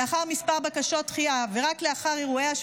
לאחר כמה בקשות דחייה, ורק לאחר אירועי 7